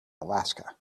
alaska